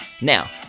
Now